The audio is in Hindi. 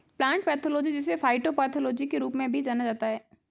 प्लांट पैथोलॉजी जिसे फाइटोपैथोलॉजी के रूप में भी जाना जाता है